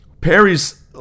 Perry's